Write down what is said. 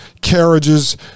carriages